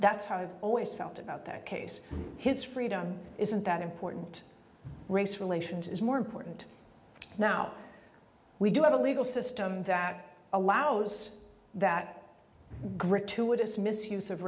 that's how i've always felt about that case his freedom isn't that important race relations is more important now we do have a legal system that allows that gratuitous misuse of